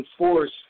enforce